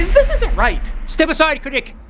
this isn't right! step aside, critic.